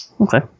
Okay